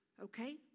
Okay